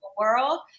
world